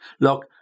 Look